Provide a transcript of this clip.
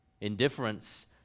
indifference